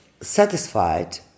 satisfied